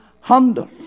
Honda